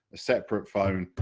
a separate phone,